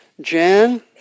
Jan